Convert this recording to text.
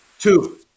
two